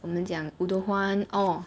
我们讲 woo do-hwan